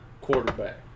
Quarterback